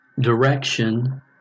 direction